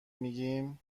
میگیم